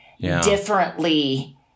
differently